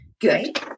Good